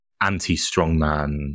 anti-strongman